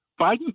Biden